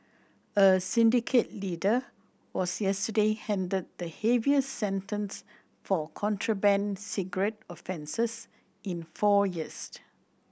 a syndicate leader was yesterday handed the heaviest sentence for contraband cigarette offences in four years